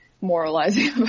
moralizing